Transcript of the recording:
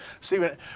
Stephen